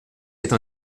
êtes